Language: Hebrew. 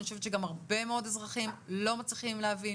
אני חושבת שגם הרבה מאוד אזרחים לא מצליחים להבין.